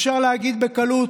אפשר להגיד בקלות: